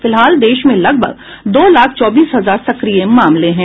फिलहाल देश में लगभग दो लाख चौबीस हजार सक्रिय मामले हैं